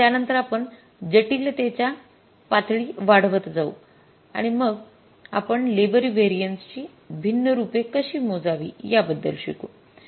आणि त्यानंतर आपण जटिलतेच्या पातळी वाढवत जाऊ आणि मग आपण लेबर व्हेरियन्सची भिन्न रूपे कशी मोजावी याबद्दल शिकू